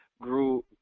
grew